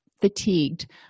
fatigued